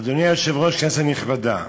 אדוני היושב-ראש, כנסת נכבדה,